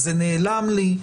זה נעלם לי.